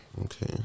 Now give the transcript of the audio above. Okay